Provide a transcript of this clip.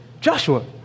Joshua